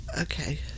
Okay